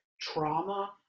trauma